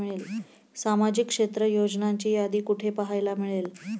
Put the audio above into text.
सामाजिक क्षेत्र योजनांची यादी कुठे पाहायला मिळेल?